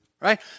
Right